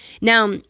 Now